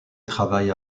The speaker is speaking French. travaille